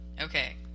Okay